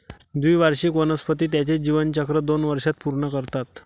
द्विवार्षिक वनस्पती त्यांचे जीवनचक्र दोन वर्षांत पूर्ण करतात